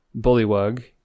bullywug